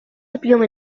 объем